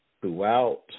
throughout